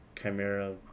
chimera